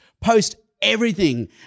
post-everything